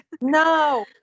No